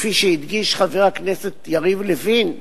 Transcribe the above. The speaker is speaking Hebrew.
כפי שהדגיש חבר הכנסת יריב לוין,